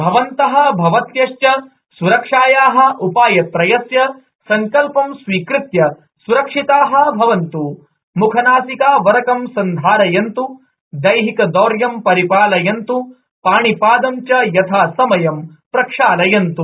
अवन्तः भवत्यश्च स्रक्षायाः उपायत्रयस्य सङ्कल्पं स्वीकृत्य स्रक्षिताः भवन्त् म्खनासिकावरकं सन्धारयन्तु दैहिकदौर्यं परिपालयन्तु पाणिपादं च यथासमयं प्रक्षालयन्त्